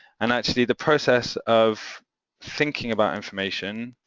and actually the process of thinking about information,